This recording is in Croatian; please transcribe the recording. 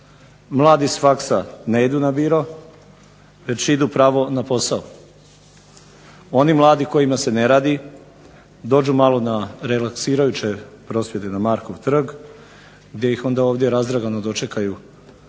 Mladi s faksa ne idu na biro, već idu pravo na posa. Oni mladi kojima se ne radi, dođu malo na relaksirajuće prosvjede na Markov trg, gdje ih onda ovdje razdragano dočekaju